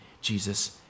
Jesus